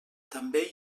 també